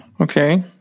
Okay